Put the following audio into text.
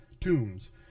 tombs